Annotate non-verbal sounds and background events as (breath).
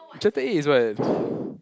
chapter eight is what eh (breath)